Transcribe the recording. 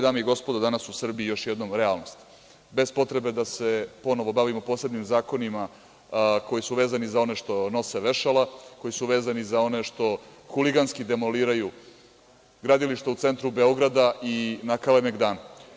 Dame i gospodo, ovo je danas u Srbiji još jedna realnost, bez potrebe da se ponovo bavimo posebnim zakonima koji su vezani za one što nose vešala, koji su vezani za one što huliganski demoliraju gradilišta u centru Beograda i na Kalemgdanu.